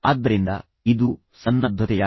ಆದ್ದರಿಂದ ಇದು ಸನ್ನದ್ಧತೆಯಾಗಿದೆ